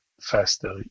faster